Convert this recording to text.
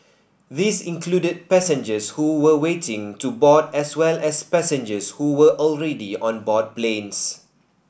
these included passengers who were waiting to board as well as passengers who were already on board planes